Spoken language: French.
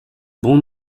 bon